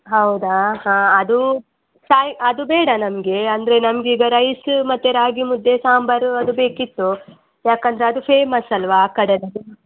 ಹೌದಾ ಹಾಂ ಅದು ಸಾಯ್ ಅದು ಬೇಡ ನಮಗೆ ಅಂದರೆ ನಮಗೀಗ ರೈಸ ಮತ್ತು ರಾಗಿ ಮುದ್ದೆ ಸಾಂಬಾರು ಅದು ಬೇಕಿತ್ತು ಯಾಕಂದರೆ ಅದು ಫೇಮಸ್ ಅಲ್ಲವಾ ಆ ಕಡೆ